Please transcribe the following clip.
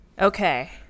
okay